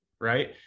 right